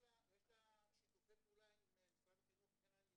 יש לה שיתופי פעולה עם משרד החינוך וכן הלאה עם